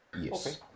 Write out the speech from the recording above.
Yes